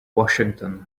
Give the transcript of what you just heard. washington